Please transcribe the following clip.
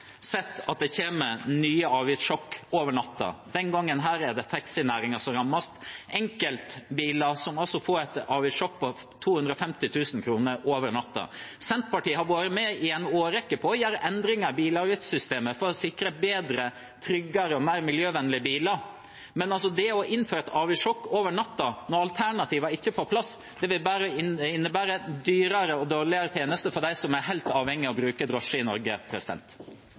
sett at det kommer nye avgiftssjokk over natten. Denne gangen er det taxinæringen som rammes. Enkeltbiler får et avgiftssjokk på 250 000 kr over natten. Senterpartiet har i en årrekke vært med på å gjøre endringer i bilavgiftssystemet for å sikre bedre, tryggere og mer miljøvennlige biler, men det å innføre et avgiftssjokk over natten når alternativene ikke er på plass, vil innebære dyrere og dårligere tjenester for dem som er helt avhengig av å bruke drosje i Norge.